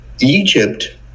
egypt